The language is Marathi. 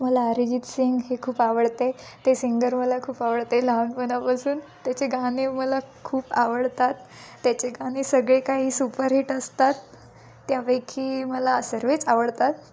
मला अरिजित सिंग हे खूप आवडते ते सिंगर मला खूप आवडते लहानपणापासून त्याचे गाणे मला खूप आवडतात त्याचे गाणे सगळे काही सुपरहिट असतात त्यापैकी मला सर्वच आवडतात